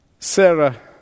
Sarah